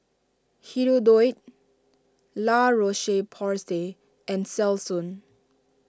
Hirudoid La Roche Porsay and Selsun